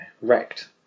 wrecked